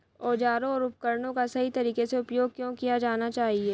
औजारों और उपकरणों का सही तरीके से उपयोग क्यों किया जाना चाहिए?